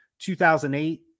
2008